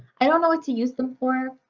i don't know what to use them for.